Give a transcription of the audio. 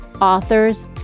authors